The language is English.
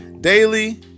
daily